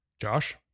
Josh